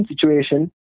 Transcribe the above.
situation